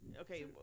Okay